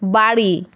বাড়ি